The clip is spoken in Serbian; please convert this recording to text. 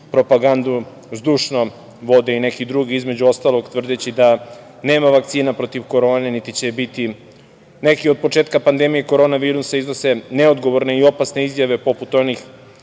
propagandu zdušno vode i neki drugi između ostalog tvrdeći da nema vakcina protiv korone, niti će je biti. Neki od početka pandemije korona virusa iznose neodgovorne i opasne izjave poput onih